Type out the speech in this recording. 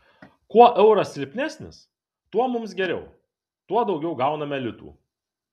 kuo euras silpnesnis tuo mums geriau tuo daugiau gauname litų